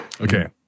Okay